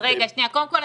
קודם כל,